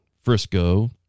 Frisco